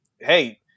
hey